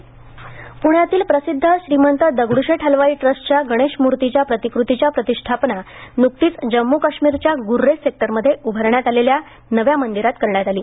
पण्यनगरीतील प्रसिद्ध श्रीमंत दगडूशेठ हलवाई ट्रस्टच्या गणेश मूर्तीच्या प्रतिकृतीच्या प्रतिष्ठापना न्कतीच जम्मू काश्मीरच्या ग्र्रेज सेक्टरमध्ये उभारण्यात आलेल्या नव्या मंदिरात करण्यात आली